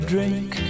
drink